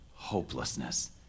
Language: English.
hopelessness